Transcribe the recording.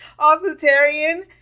authoritarian